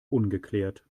ungeklärt